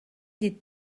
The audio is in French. des